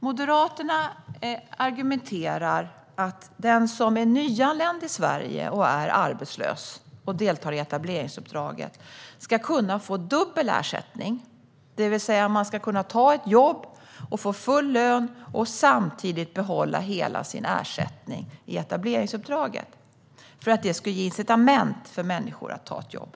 Moderaterna argumenterar för att den som är nyanländ i Sverige och som är arbetslös och deltar i etableringsuppdraget ska kunna få dubbel ersättning. Man ska alltså kunna ta ett jobb och få full lön samtidigt som man behåller hela sin ersättning i etableringsuppdraget. Det skulle ge incitament för människor att ta ett jobb.